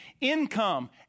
income